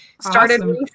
started